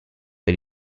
per